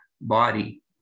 body